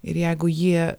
ir jeigu jie